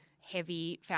heavy